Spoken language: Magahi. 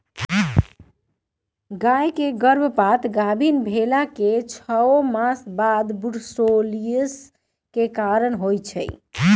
गाय के गर्भपात गाभिन् भेलाके छओ मास बाद बूर्सोलोसिस के कारण होइ छइ